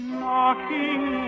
knocking